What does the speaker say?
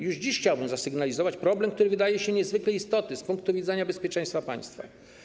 Już dziś chciałbym zasygnalizować problem, który wydaje się niezwykle istotny z punktu bezpieczeństwa państwa.